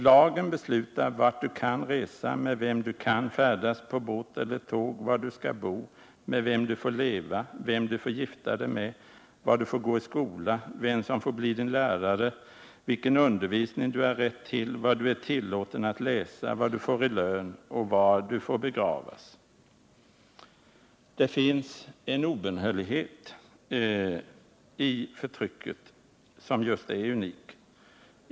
Lagen beslutar vart du kan resa, med vem du kan färdas på buss eller tåg, var du skall bo, med vem du får leva, med vem du får gifta dig med, var du får gå i skola, vem som får bli din lärare, vilken undervisning du har rätt till, vad du är tillåten att läsa, vad du får i lön och var du får begravas.” Det finns en obönhörlighet i förtrycket som är unik.